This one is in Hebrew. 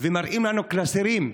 וכבוד השר,